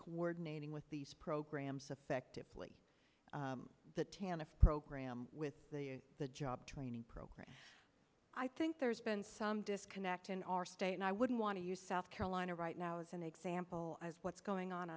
coordinating with these programs affectively the town of program with the job training program i think there's been some disconnect in our state and i wouldn't want to use south carolina right now as an example of what's going on